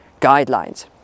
guidelines